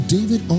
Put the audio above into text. David